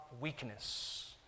weakness